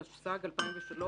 התשס"ג-2003,